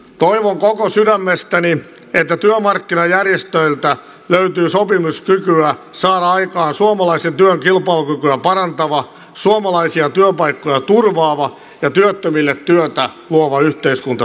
toivon koko sydämestäni että työmarkkinajärjestöiltä löytyy sopimiskykyä saada aikaan suomalaisen työn kilpailukykyä parantava suomalaisia työpaikkoja turvaava ja työttömille työtä luova yhteiskuntasopimus